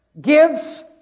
gives